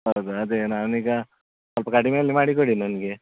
ಹೌದಾ ಅದೇ ನಾನೀಗ ಸ್ವಲ್ಪ ಕಡಿಮೆಯಲ್ಲಿ ಮಾಡಿಕೊಡಿ ನನಗೆ